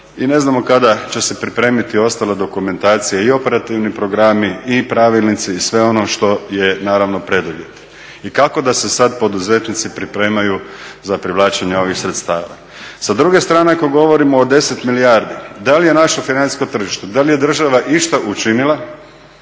i ne znamo kada će se pripremiti ostala dokumentacija i operativni programi i pravilnici i sve ono što je preduvjet. I kako da se sada poduzetnici pripremaju za privlačenje ovih sredstava. Sa druge strane ako govorimo o 10 milijardi, da li je naše financijsko tržište, da li država išta učinila